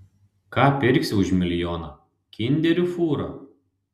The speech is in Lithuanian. ką pirksi už milijoną kinderių fūrą